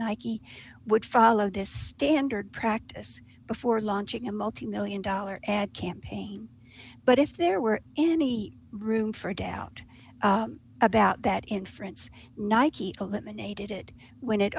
nike would follow this standard practice before launching a multi million dollar ad campaign but if there were any room for doubt about that inference nike eliminated it when it